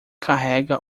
carrega